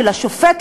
של השופט,